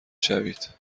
شوید